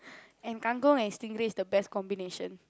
and kangkong and stingray is the best combination